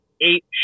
Eight